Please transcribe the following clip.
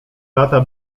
lata